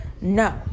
no